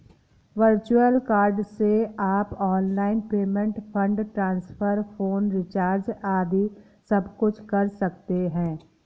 virtual card से आप online payment, fund transfer, phone recharge आदि सबकुछ कर सकते हैं